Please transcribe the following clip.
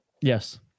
yes